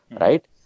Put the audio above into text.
right